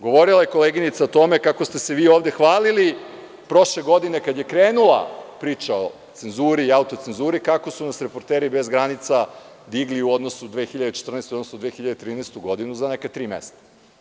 Govorila je koleginica o tome kako ste se vi ovde hvalili prošle godine, kada je krenula priča o cenzuri i autocenzuri, kako su nas reporteri bez granica digli 2014. godine u odnosu na 2013. godinu za neka tri mesta.